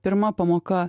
pirma pamoka